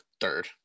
third